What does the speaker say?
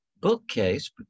bookcase